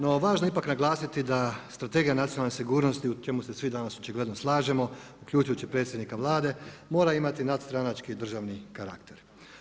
No važno je ipak naglasiti da Strategija nacionalne sigurnosti u čemu se svi danas očigledno slažemo uključujući predsjednika Vlade mora imati nadstranački državni karakter.